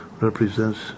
represents